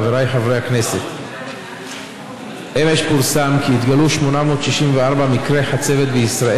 וזריקת מזון זה לא רק חבל על הכסף אלא השחתת מזון וזה השחתת הנפש,